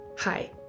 Hi